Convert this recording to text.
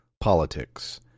politics